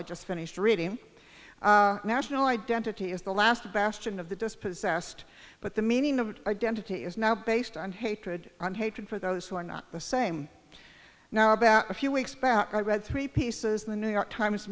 i just finished reading national identity is the last bastion of the dispossessed but the meaning of identity is now based on hatred and hatred for those who are not the same now about a few weeks back i read three pieces in the new york times